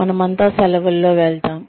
మనమంతా సెలవుల్లో వెళ్తాం